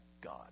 God